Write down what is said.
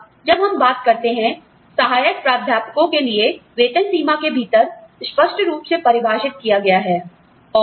अब जब हम बात करते हैं सहायक प्राध्यापकों के लिए वेतन सीमा के भीतर स्पष्ट रूप से परिभाषित किया गया है